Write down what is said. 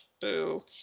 Boo